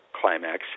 climax